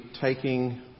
taking